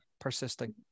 persisting